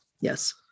Yes